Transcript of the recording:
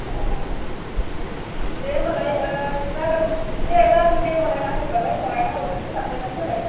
अह दे होम्बालाय ओह जागोन दे जागोन दे होनबालाय नांगो बालाय बनायना हरनोसै लांफैबानो जाबाय